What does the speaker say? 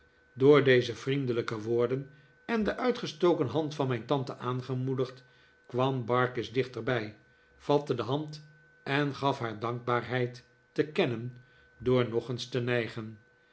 door deze vriendelijke woorden en de uitgestoken hand van rriijn tante aangemoedigd kwam barkis dichterbij vatte de hand en gaf haar dankbaarheid te kennen door nog eens te nijgen